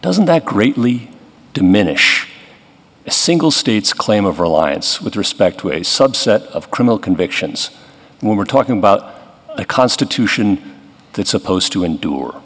doesn't that greatly diminish a single state's claim of reliance with respect to a subset of criminal convictions when we're talking about the constitution that's supposed to endure